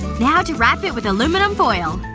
now to wrap it with aluminum foil